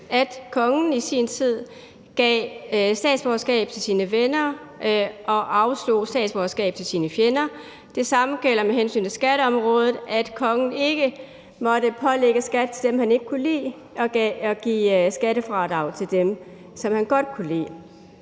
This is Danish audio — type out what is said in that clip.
at kongen i sin tid gav statsborgerskab til sine venner og afslog statsborgerskab til sine fjender. Det samme gælder med hensyn til skatteområdet, altså at kongen ikke måtte pålægge skat til dem, som han ikke kunne lide, og give skattefradrag til dem, som han godt kunne lide,